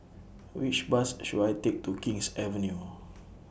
Which Bus should I Take to King's Avenue